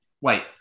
wait